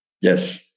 Yes